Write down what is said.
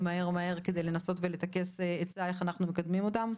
מהר-מהר כדי לנסות לטכס עצה איך אנחנו מקדמים אותן.